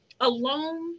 alone